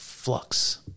Flux